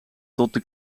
tot